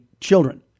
children